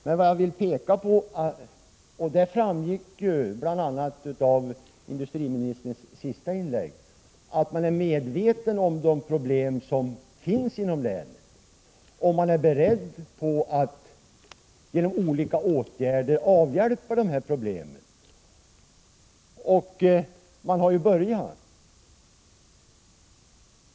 Men det framgick ju bl.a. av industriministerns senaste inlägg att man är medveten om de problem som finns inom länet och är beredd att genom olika åtgärder avhjälpa de problemen, och man har börjat.